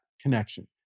connection